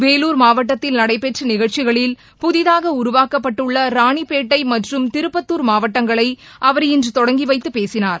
வேலூர் மாவட்டத்தில் நடைபெற்றநிகழ்ச்சிகளில் புதிதாகஉருவாக்கப்பட்டுள்ளராணிப்பேட்டைமற்றும் திருப்பத்துர் மாவட்டங்களைஅவர் இன்றுதொடங்கிவைத்துபேசினார்